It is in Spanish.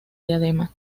diadema